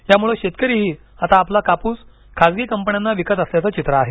यामुळं शेतकरीही आता आपला कापूस खासगी कंपन्यांना विकत असल्याचं चित्र आहे